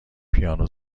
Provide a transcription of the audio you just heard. پیانو